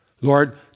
Lord